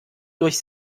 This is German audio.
durch